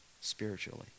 spiritually